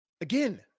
Again